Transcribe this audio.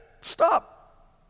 stop